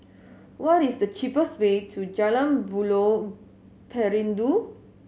what is the cheapest way to Jalan Buloh Perindu